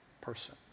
person